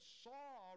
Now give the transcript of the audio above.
saw